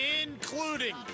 including